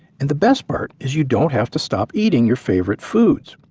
and the best part is you don't have to stop eating your favorite foods.